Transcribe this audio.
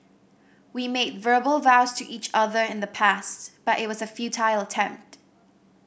we made verbal vows to each other in the past but it was a futile attempt